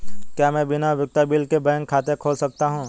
क्या मैं बिना उपयोगिता बिल के बैंक खाता खोल सकता हूँ?